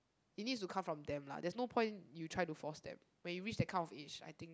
it needs to come from them lah there's no point you try to force them when you reach that kind of age I think